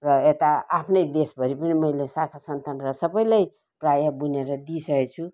र यता आफ्नै देशभरि पनि मैले साखा सन्तान र सबैलाई प्रायः बुनेर दिइसकेको छु